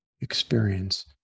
experience